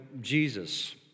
Jesus